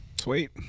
sweet